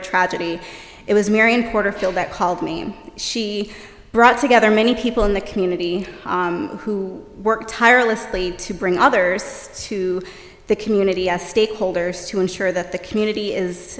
to tragedy it was marion porterfield that called me she brought together many people in the community who worked tirelessly to bring others to the community as stakeholders to ensure that the community is